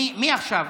מי עכשיו?